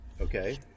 Okay